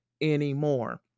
anymore